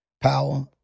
power